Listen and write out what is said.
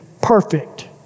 perfect